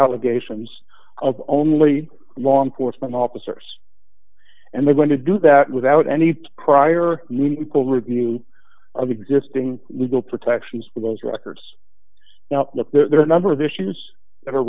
allegations of only law enforcement officers and they are going to do that without any prior legal review of existing legal protections for those records now there are a number of issues that are